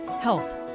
health